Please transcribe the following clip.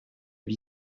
vie